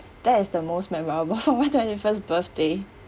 that is the most memorable twenty-first birthday